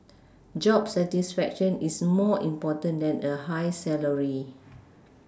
job satisfaction is more important than a high salary